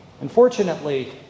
Unfortunately